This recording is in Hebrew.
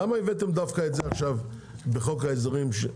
למה הבאתם דווקא את זה עכשיו בחוק ההסדרים?